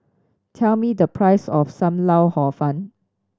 tell me the price of Sam Lau Hor Fun